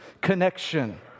connection